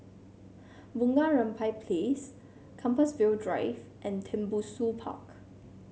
Bunga Rampai Place Compassvale Drive and Tembusu Park